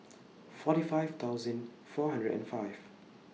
forty five thousand four hundred and five